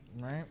Right